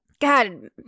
God